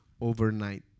overnight